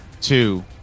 two